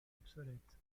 obsolète